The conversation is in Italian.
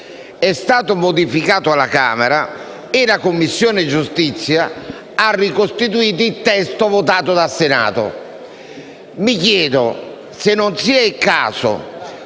è stato poi modificato alla Camera e la Commissione giustizia ha ricostituito il testo votato dal Senato. Mi chiedo se non sia il caso